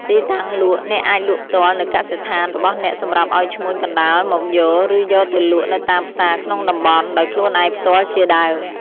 ទីតាំងលក់ អ្នកអាចលក់ផ្ទាល់នៅកសិដ្ឋានរបស់អ្នកសម្រាប់អោយឈ្មួញកណ្តាលមកយក ឬយកទៅលក់នៅតាមផ្សារក្នុងតំបន់ ដោយខ្លួនឯងផ្ទាល់ជាដើម។